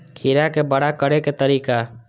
खीरा के बड़ा करे के तरीका?